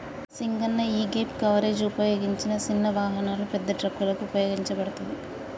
సింగన్న యీగేప్ కవరేజ్ ఉపయోగించిన సిన్న వాహనాలు, పెద్ద ట్రక్కులకు ఉపయోగించబడతది